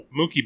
Mookie